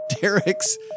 Derek's